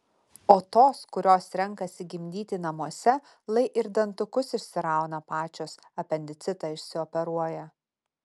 o tos kurios renkasi gimdyti namuose lai ir dantukus išsirauna pačios apendicitą išsioperuoja